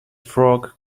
frog